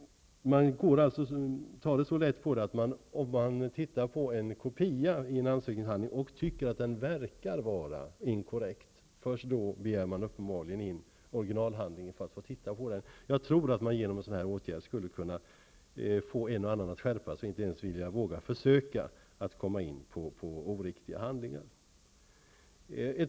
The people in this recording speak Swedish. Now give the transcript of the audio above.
Man tar nu så lätt på kontrollen att det är först när man tittar på en kopia i en ansökningshandling och tycker att den verkar vara inkorrekt som originalhandlingen begärs in. Jag tror att man genom en enkel åtgärd skulle kunna få en och annan att skärpa sig och inte ens våga försöka att bli antagen med hjälp av oriktiga handlingar.